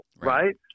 right